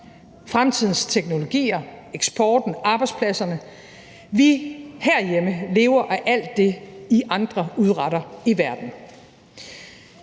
fremtidens teknologier, eksporten og arbejdspladserne. Vi herhjemme lever af alt det, I andre udretter i verden.